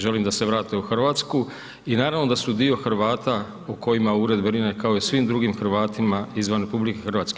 Želim da se vrate u Hrvatsku i naravno da su dio Hrvata o kojima ured brine, kao i svim drugim Hrvatima izvan RH.